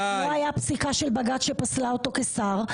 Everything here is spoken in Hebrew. לא הייתה פסיקה של בג"צ שפסלה אותו כשר.